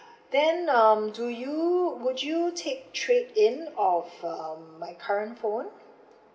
then um do you would you take trade in of uh my current phone